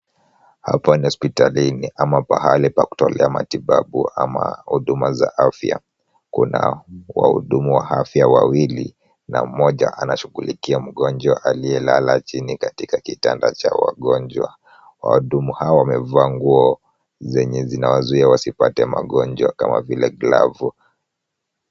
Hapa ni hospitalini ama pahali pa kutolea matibabu ama huduma za afya, kuna wahudumu wa afya wawili na moja anashughulikia mgonjwa aliyelala chini katika kitanda cha wagonjwa, wahudumu hawa wamevaa nguo zenye wanawazuia wasipate magonjwa kama vile glavu